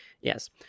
Yes